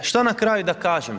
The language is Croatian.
I što na kraju da kažem?